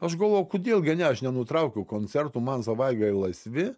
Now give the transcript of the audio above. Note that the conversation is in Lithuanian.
aš galvojau kodėl gi ne aš nenutraukiau koncertų man savaitgaliai laisvi